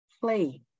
play